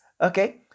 okay